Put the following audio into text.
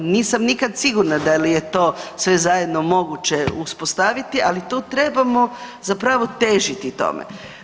Nisam nikad sigurna da li je to sve zajedno moguće uspostaviti, ali tu trebamo zapravo težiti tome.